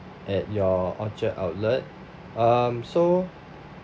at your orchard outlet um so